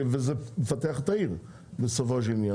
וזה מפתח את העיר בסופו של דבר.